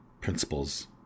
principles